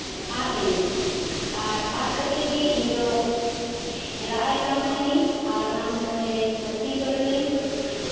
ᱟᱫ ᱞᱤᱱᱟᱹᱧ ᱟᱫ ᱠᱟᱛᱮᱫ ᱜᱮ ᱤᱧ ᱫᱚ ᱨᱟᱜ ᱮᱫ ᱠᱟᱱ ᱛᱟᱦᱮᱱᱟᱹᱧ ᱚᱱᱟ ᱥᱚᱢᱚᱭᱨᱮ ᱵᱟᱹᱜᱛᱤᱡᱚᱞ ᱨᱮᱱ